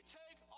take